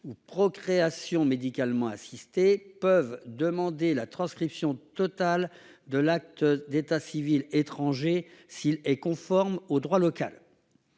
ou procréation médicalement assistée peuvent demander la transcription totale de l'acte d'état civil étranger, s'il est conforme au droit local.